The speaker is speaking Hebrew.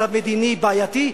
מצב מדיני בעייתי,